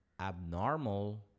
abnormal